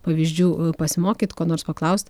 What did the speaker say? pavyzdžių pasimokyt ko nors paklaust